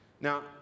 Now